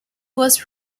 was